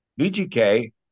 BGK